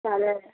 তাহলে